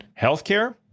Healthcare